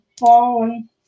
fallen